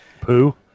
Poo